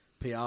PR